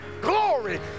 glory